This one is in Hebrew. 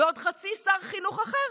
ועוד חצי שר חינוך אחר,